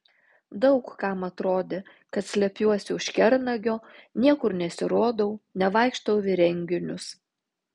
daug kam atrodė kad slepiuosi už kernagio niekur nesirodau nevaikštau į renginius